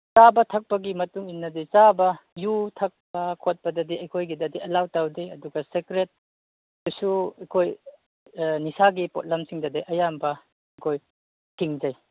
ꯆꯥꯕ ꯊꯛꯄꯒꯤ ꯃꯇꯨꯡ ꯏꯟꯅꯗꯤ ꯆꯥꯕ ꯌꯨ ꯊꯛꯄ ꯈꯣꯠꯄꯗꯗꯤ ꯑꯩꯈꯣꯏꯒꯤꯗꯗꯤ ꯑꯜꯂꯥꯎ ꯇꯧꯗꯦ ꯑꯗꯨꯒ ꯁꯦꯀ꯭ꯔꯦꯠꯗꯁꯨ ꯑꯩꯈꯣꯏ ꯅꯤꯁꯥꯒꯤ ꯄꯣꯠꯂꯝꯁꯤꯡꯗꯗꯤ ꯑꯌꯥꯝꯕ ꯑꯩꯈꯣꯏ ꯊꯤꯡꯖꯩ